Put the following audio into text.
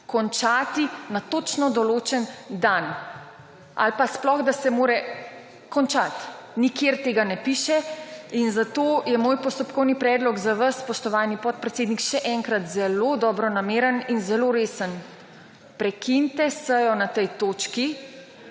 končati na točno določen dan. Ali pa sploh, da se mora končati. Nikjer tega ne piše. In zato je moj postopkovni predlog za vas, spoštovani podpredsednik, še enkrat zelo dobro nameren in zelo resen. Prekinite sejo na tej točki,